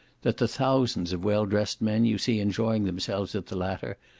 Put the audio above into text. that the thousands of well-dressed men you see enjoying themselves at the latter,